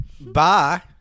Bye